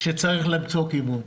שצריך למצוא כיוון.